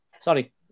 Sorry